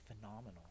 phenomenal